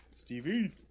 Stevie